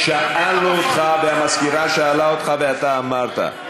שאלנו אותך והמזכירה שאלה אותך ואתה אמרת,